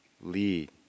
lead